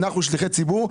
אנחנו שליחי ציבור,